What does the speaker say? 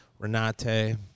Renate